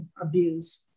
abuse